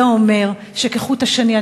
זה אומר שכחוט השני,